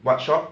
what shop